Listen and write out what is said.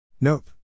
Nope